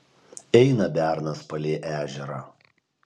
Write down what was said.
eina bernas palei ežerą